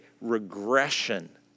regression